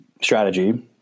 strategy